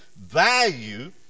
value